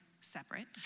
separate